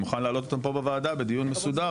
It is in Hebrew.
אני מוכן להעלות אותם פה בוועדה בדיון מסודר.